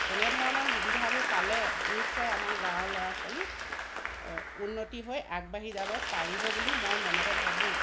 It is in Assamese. এনেধৰণৰ সুবিধাবোৰ পালে নিশ্চয় আমাৰ গাঁৱৰ ল'ৰা ছোৱালী উন্নতি হৈ আগবাঢ়ি যাব পাৰিব বুলি মই মনতে ভাবোঁ